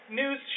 news